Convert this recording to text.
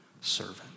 servant